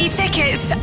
tickets